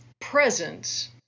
Presence